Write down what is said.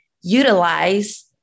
utilize